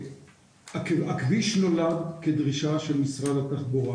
הכביש נולד כדרישה של משרד התחבורה.